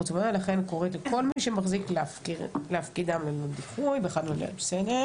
ולכן קוראת לכל מי שמחזיק להפקידם ללא דיחוי - בסדר.